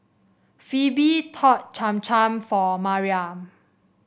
Pheobe taught Cham Cham for Mariah